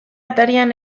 atarian